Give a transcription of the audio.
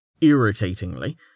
irritatingly